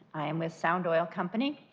i am with sound oil company,